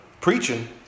preaching